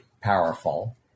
powerful